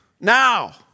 now